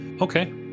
Okay